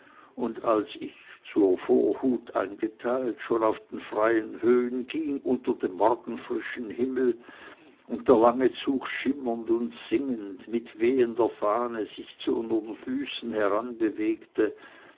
und als ich zur vorhut eingeteilt schon auf den freien höhen ging unter dem morgenfrischen himmel und der lange zug schimmernd und singend mit wehender fahne sich zu unsern füßen